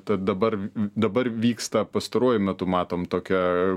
tad dabar dabar vyksta pastaruoju metu matom tokia